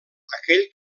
aquell